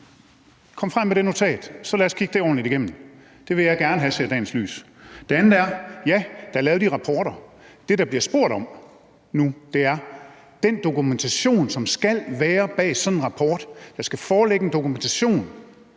Kom frem med det notat, og lad os så kigge det ordentligt igennem. Det vil jeg gerne have ser dagens lys. Det andet er, at, ja, der er lavet de rapporter. Det, der bliver spurgt til nu, er den dokumentation, som skal være bag sådan en rapport. Der skal foreligge en dokumentation.